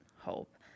Hope